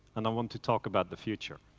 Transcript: and i want to talk about the future.